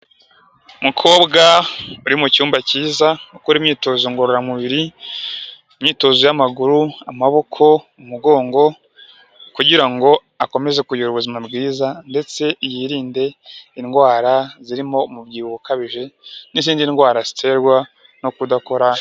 Mukobwa uri mu cyumba cyiza ukora imyitozo ngororamubiri, imyitozo y'amaguru, amaboko, umugongo kugira ngo akomeze kugira ubuzima bwiza ndetse yirinde indwara zirimo umubyibuho ukabije n'izindi ndwara ziterwa no kudakora.